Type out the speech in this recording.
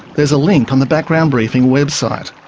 there's a link on the background briefing website.